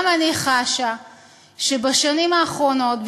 גם אני חשה שבשנים האחרונות,